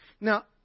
Now